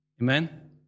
Amen